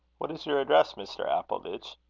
what is your address, mr. appleditch?